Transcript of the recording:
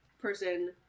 person